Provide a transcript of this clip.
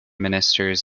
ministers